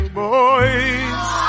boys